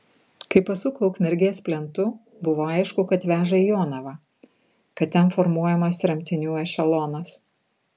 kai pasuko ukmergės plentu buvo aišku kad veža į jonavą kad ten formuojamas tremtinių ešelonas